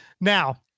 Now